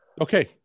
okay